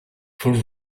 for